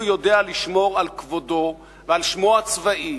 יודע לשמור על כבודו ועל שמו הצבאי,